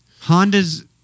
Honda's